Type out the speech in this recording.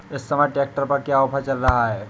इस समय ट्रैक्टर पर क्या ऑफर चल रहा है?